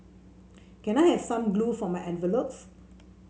can I have some glue for my envelopes